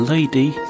Lady